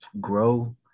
grow